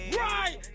right